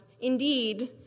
indeed